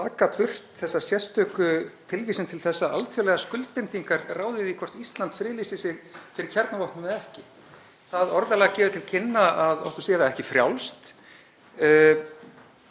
að taka burt þessa sérstöku tilvísun til þess að alþjóðlegar skuldbindingar ráði því hvort Ísland friðlýsir sig fyrir kjarnavopnum eða ekki. Það orðalag gefur til kynna að okkur sé það ekki frjálst